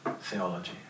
theology